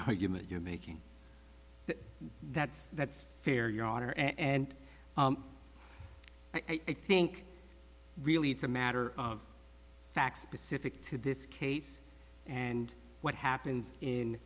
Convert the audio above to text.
argument you're making that's that's fair your honor and i think really it's a matter of fact specific to this case and what happens in